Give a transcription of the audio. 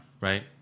Right